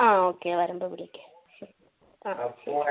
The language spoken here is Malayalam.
ആ ഓക്കെ വരുമ്പോൾ വിളിക്ക് ശരി ആ ശരി